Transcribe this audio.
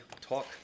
Talk